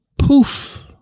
poof